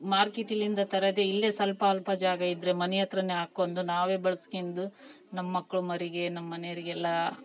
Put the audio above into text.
ಮಾರ್ಕೆಟಲಿಂದ ತರೋ ಇಲ್ಲೇ ಸ್ವಲ್ಪ ಅಲ್ಪ ಜಾಗ ಇದ್ರೆ ಮನೆ ಹತ್ತಿರನೇ ಹಾಕೊಂಡು ನಾವೇ ಬೆಳೆಸ್ಕೊಂದು ನಮ್ಮ ಮಕ್ಕಳು ಮರಿಗೆ ನಮ್ಮ ಮನೆಯವ್ರಿಗೆ ಎಲ್ಲ